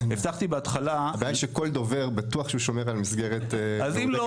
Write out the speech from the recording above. הבעיה היא שכל דובר בטוח שהוא שומר על מסגרת מהודקת,